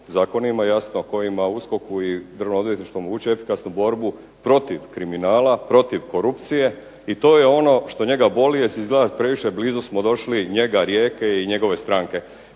zakonima jasno, kojima USKOK-u i ... borbu protiv kriminala, protiv korupcije i to je ono što njega boli, jer smo izgleda previše blizu došli njega, Rijeke i njegove stranke.